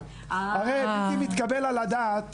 עולה על הדעת